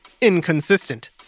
inconsistent